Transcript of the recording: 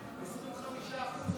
הכול עלה ב-25%.